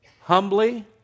Humbly